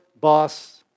boss